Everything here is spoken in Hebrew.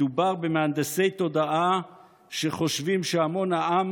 מדובר במהנדסי תודעה שחושבים שהמון העם